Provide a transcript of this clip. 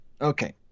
Okay